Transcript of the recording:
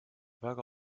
väga